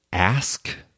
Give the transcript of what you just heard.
Ask